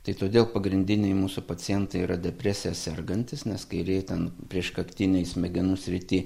tai todėl pagrindiniai mūsų pacientai yra depresija sergantys nes kairėj ten prieškaktinėj smegenų srity